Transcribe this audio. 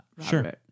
Sure